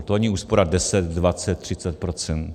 To ani úspora 10, 20, 30 %.